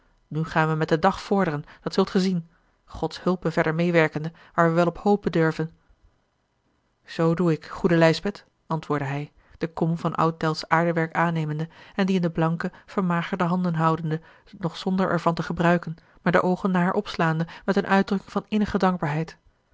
nu gaan we met den dag vorderen dat zult gij zien gods hulpe verder meêwerkende waar we wel op hopen durven zoo doe ik goede lijsbeth antwoordde hij de kom van oud delftsch aardewerk aannemende en die in de blanke vermagerde handen houdende nog zonder er van te gebruiken maar de oogen naar haar opslaande met een uitdrukking van innige dankbaarheid